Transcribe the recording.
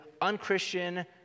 unchristian